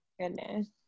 goodness